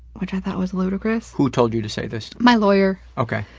which i thought was ludicrous. who told you to say this? my lawyer. okay.